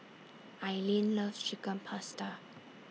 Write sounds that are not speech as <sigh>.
<noise> Aileen loves Chicken Pasta